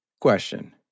Question